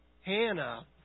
Hannah